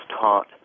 taught